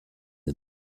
them